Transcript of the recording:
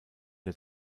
der